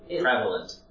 prevalent